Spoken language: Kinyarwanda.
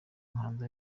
muhanzi